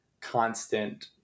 constant